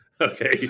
okay